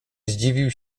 zdziwił